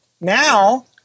Now